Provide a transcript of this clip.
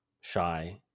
shy